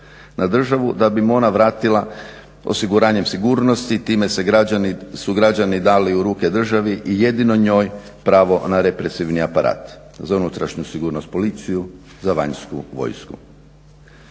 na državu da bi im ona vratila osiguranjem sigurnosti. Time su građani dali u ruke državi i jedino njoj pravo na represivni aparat, za unutrašnju sigurnost policiju, za vanjsku vojsku.